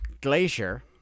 Glacier